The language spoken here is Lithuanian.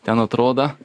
ten atrodo